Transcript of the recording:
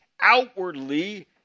outwardly